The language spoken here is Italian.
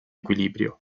equilibrio